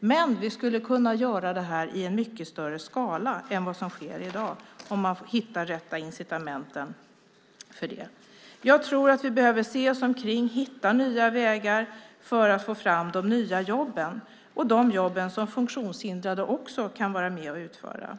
Men vi skulle kunna göra detta i mycket större skala än vad som sker i dag om man hittar de rätta incitamenten. Jag tror att vi behöver se oss omkring och hitta nya vägar för att få fram de nya jobben och de jobb som funktionshindrade också kan vara med och utföra.